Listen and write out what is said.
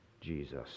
Jesus